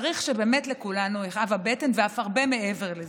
צריך שבאמת לכולנו תכאב הבטן ואף הרבה מעבר לזה.